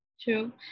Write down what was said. True